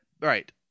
Right